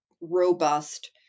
robust